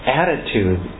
attitude